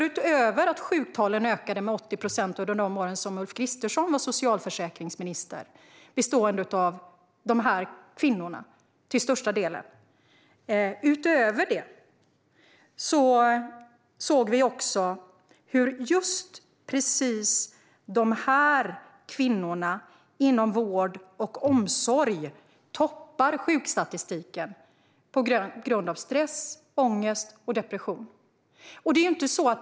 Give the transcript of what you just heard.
Utöver att sjuktalen ökade med 80 procent under de år då Ulf Kristersson var socialförsäkringsminister - en ökning som kvinnor till största delen stod för - var det just kvinnor inom vård och omsorg som toppade sjukstatistiken på grund av stress, ångest och depression.